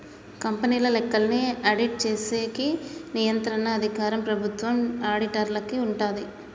కంపెనీల లెక్కల్ని ఆడిట్ చేసేకి నియంత్రణ అధికారం ప్రభుత్వం ఆడిటర్లకి ఉంటాది